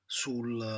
sul